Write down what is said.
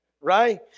Right